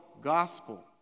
gospel